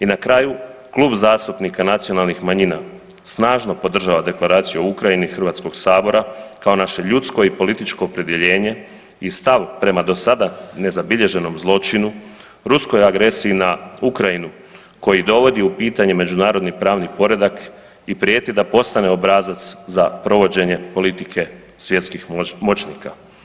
I na kraju, Klub zastupnika nacionalnih manjina snažno podržava Deklaraciju o Ukrajini HS-a, kao naše ljudsko i političko opredjeljenje i stav prema do sada nezabilježenom zločinu, ruskoj agresiji na Ukrajinu, koji dovodi u pitanje međunarodni pravni poredak i prijeti da postane obrazac za provođenje politike svjetskih moćnika.